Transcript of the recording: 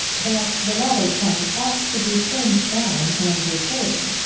that the latter tongue ought to be trimmed down and repaired.